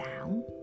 down